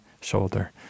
shoulder